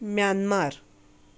Myanmar